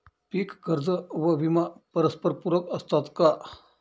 पीक कर्ज व विमा परस्परपूरक असतात का?